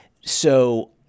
so-